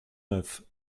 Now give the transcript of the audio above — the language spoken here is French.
neuf